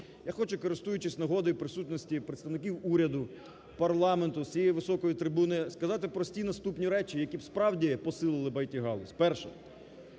я хочу, користуючись нагодою присутності представників уряду, парламенту, з цієї високої трибуни сказати прості наступні речі, які б справді посили ІТ-галузь.